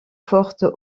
forte